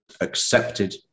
accepted